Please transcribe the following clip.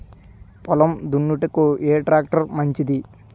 పొలం దున్నుటకు ఏ ట్రాక్టర్ మంచిది?